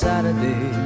Saturday